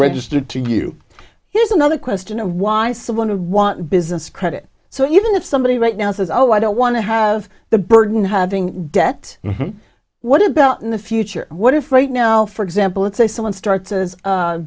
registered to you here's another question of why someone would want business credit so even if somebody right now says oh i don't want to have the burden having debt what about in the future what if right now for example let's say someone starts as a